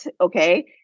okay